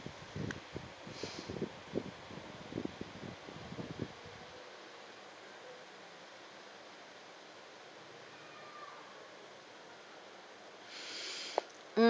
mm